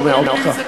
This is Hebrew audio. היינו עושים הפסקה.